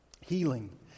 healing